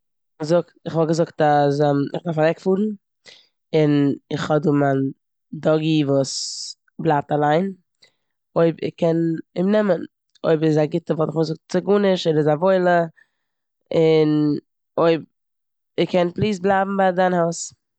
כ'וואלט געזאגט אז איך דארף אוועקפארן און איך האב דא מיין דאגי וואס בלייבט אליין, אויב ער קען אים נעמען. און אויב ער איז א גוטע וואלט איך אים געזאגט "ס'גארנישט, ער איז א וואוילע" און אויב ער קען פליז בלייבן ביי דיין הויז.